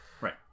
Right